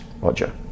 Roger